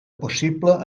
possible